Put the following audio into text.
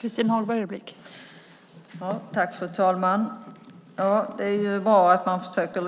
Fru talman! Det är bra att man försöker